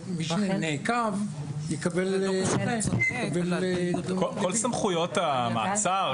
כל סמכויות המעצר,